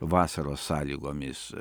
vasaros sąlygomis